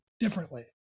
differently